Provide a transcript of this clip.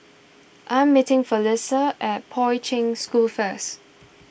I'm meeting Felisha at Poi Ching School first